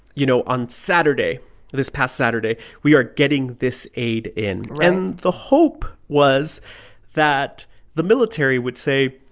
you know, on saturday this past saturday we are getting this aid in. and the hope was that the military would say,